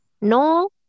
No